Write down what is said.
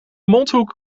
mondhoek